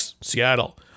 Seattle